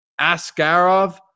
Askarov